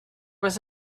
was